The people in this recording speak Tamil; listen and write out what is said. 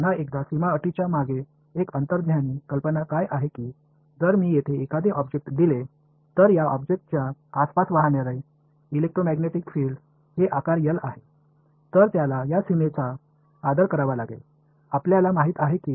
ஆனால் மீண்டும் பௌண்டரி கண்டிஷன்ஸ் பின்னால் ஒரு உள்ளுணர்வு யோசனை என்னவென்றால் நான் இங்கே ஒரு பொருளைச் சொல்ல அனுமதித்திருந்தால் இந்த பொருளைச் சுற்றி பாயும் மின்காந்த புலம் அளவு L என்று சொல்லலாம் அது இந்த எல்லையை மதிக்க வேண்டும்